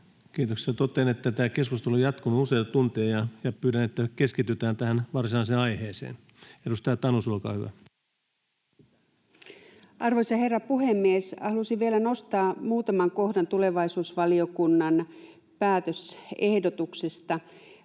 Kiitoksia. — Totean, että tämä keskustelu on jatkunut useita tunteja, ja pyydän, että keskitytään tähän varsinaiseen aiheeseen. — Edustaja Tanus, olkaa hyvä. Arvoisa herra puhemies! Haluaisin vielä nostaa muutaman kohdan tulevaisuusvaliokunnan päätösehdotuksesta.